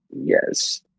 Yes